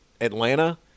Atlanta